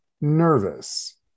nervous